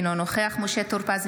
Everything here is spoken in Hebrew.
אינו נוכח משה טור פז,